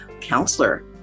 counselor